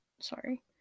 sorry